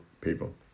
people